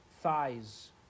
thighs